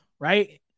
right